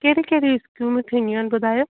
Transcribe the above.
कहिड़ी कहिड़ी स्कीमूं थींदियूं आहिनि ॿुधायो